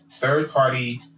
third-party